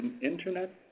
internet